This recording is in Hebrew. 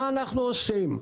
מה אנחנו עושים?